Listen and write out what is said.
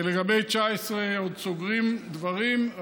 לגבי 2019 עוד סוגרים דברים,